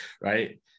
right